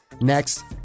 next